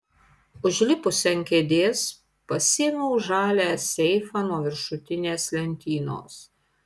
užlipusi ant kėdės pasiėmiau žalią seifą nuo viršutinės lentynos